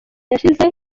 yashize